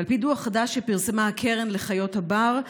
על פי דוח חדש שפרסמה הקרן לחיות הבר,